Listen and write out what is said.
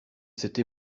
cette